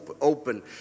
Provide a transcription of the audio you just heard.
open